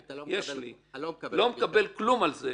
אני לא מקבל כלום על זה.